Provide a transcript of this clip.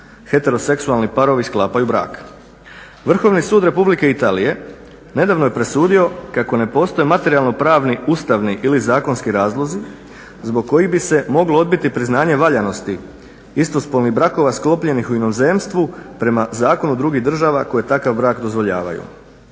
heteroseksualni parovi sklapaju brak. Vrhovni sud Republike Italije nedavno je presudio kako ne postoje materijalno-pravni ustavni ili zakonski razlozi zbog kojih bi se moglo odbiti priznanje valjanosti istospolnih brakova sklopljenih u inozemstvu prema zakonu drugih država koje takav brak dozvoljavaju.